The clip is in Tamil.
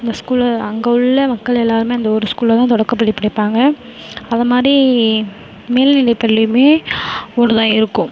அந்த ஸ்கூல் அங்கே உள்ள மக்கள் எல்லாருமே அந்த ஒரு ஸ்கூலில் தான் தொடக்கப்பள்ளி படிப்பாங்க அதை மாடி மேல்நிலை பள்ளியுமே ஒன்று தான் இருக்கும்